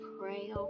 pray